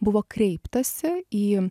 buvo kreiptasi į